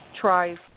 tries